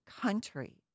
country